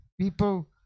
People